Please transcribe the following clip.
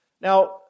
Now